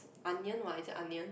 union one is union